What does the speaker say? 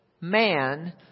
man